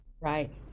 right